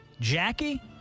jackie